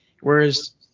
whereas